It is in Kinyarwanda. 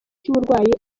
cy’uburwayi